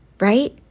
right